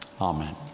Amen